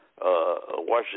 Washington